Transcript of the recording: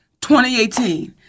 2018